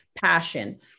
passion